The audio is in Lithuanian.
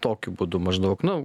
tokiu būdu maždaug nu